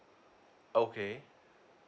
okay